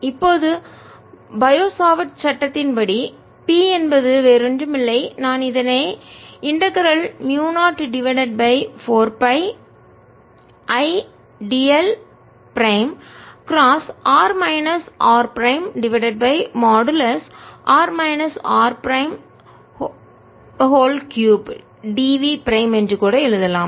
இப்போது Biot Savart சட்டத்தின்படி B என்பது வேறு ஒன்றுமில்லை நான் இதனை integral mu 0 divided by 4 pi I dl prime cross r minus r prime divided by modulus r minus r prime 3 dV prime என்று கூட எழுதலாம்